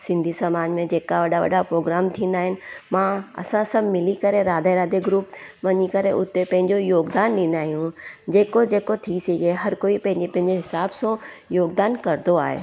सिंधी समाज में जेका वॾा वॾा प्रोग्राम थींदा आहिनि मां असां सभु मिली करे राधे राधे ग्रुप वञी करे हुते पंहिंजो योगदान ॾींदा आहियूं जेको जेको थी सघे हर कोई पंहिंजे हिसाब सो योगदान कंदो आहे